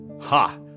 Ha